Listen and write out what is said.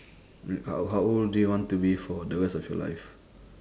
mm how how old do you want to be for the rest of your life